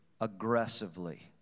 aggressively